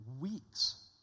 weeks